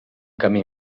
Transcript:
camí